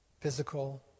physical